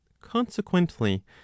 consequently